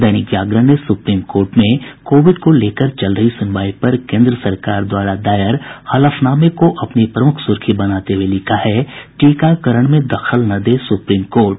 दैनिक जागरण ने supreme court में covid को लेकर चल रही सुनवाई पर केन्द्र सरकार द्वारा दायर हलफनामे को अपनी प्रमुख सुर्खी बनाते हुए लिखा है टीकाकरण में दखल न दे सुप्रीम कोर्ट